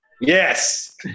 yes